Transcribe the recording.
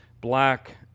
black